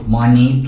money